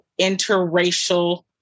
interracial